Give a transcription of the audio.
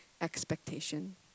expectation